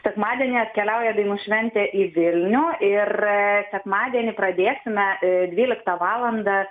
sekmadienį atkeliauja dainų šventė į vilnių ir sekmadienį pradėsime dvyliktą valandą